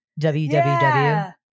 WWW